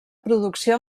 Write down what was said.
producció